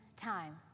time